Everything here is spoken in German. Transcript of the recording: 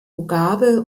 mugabe